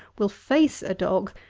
will face a dog,